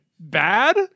Bad